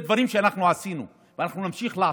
אלה דברים שאנחנו עשינו ואנחנו נמשיך לעשות,